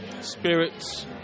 spirits